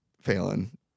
Phelan